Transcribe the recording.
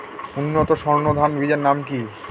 উন্নত সর্ন ধান বীজের নাম কি?